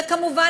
וכמובן,